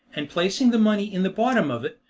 and placing the money in the bottom of it,